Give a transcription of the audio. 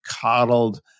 coddled